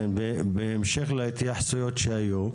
כן, ובהמשך להתייחסויות שהיו?